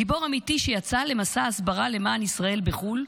גיבור אמיתי שיצא למסע הסברה למען ישראל בחו"ל,